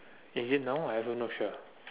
as in now I also not sure